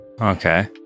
Okay